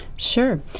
Sure